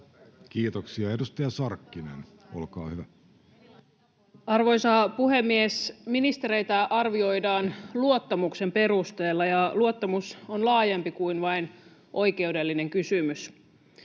Rydmanin asemasta Time: 13:27 Content: Arvoisa puhemies! Ministereitä arvioidaan luottamuksen perusteella, ja luottamus on laajempi kuin vain oikeudellinen kysymys.